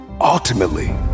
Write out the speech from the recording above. Ultimately